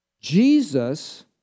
Jesus